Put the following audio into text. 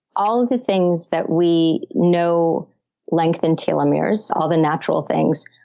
all of the things that we know lengthen telomeres, all the natural things,